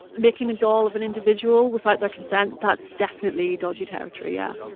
making a doll of an individual without their consent that's definitely dodgy territory, yeah.